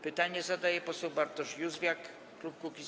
Pytanie zadaje poseł Bartosz Józwiak, klub Kukiz’15.